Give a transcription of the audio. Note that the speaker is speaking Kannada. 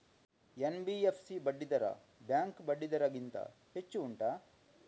ಎನ್.ಬಿ.ಎಫ್.ಸಿ ಬಡ್ಡಿ ದರ ಬ್ಯಾಂಕ್ ಬಡ್ಡಿ ದರ ಗಿಂತ ಹೆಚ್ಚು ಉಂಟಾ